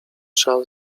szal